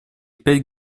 пять